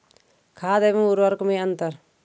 खाद एवं उर्वरक में अंतर?